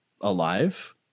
alive